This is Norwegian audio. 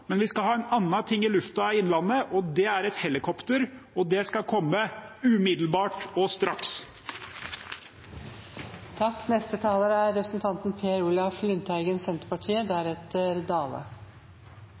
men vi skal ha en annen ting i lufta i Innlandet, og det er et helikopter, og det skal komme umiddelbart og straks! Senterpartiets statsbudsjett er